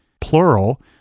plural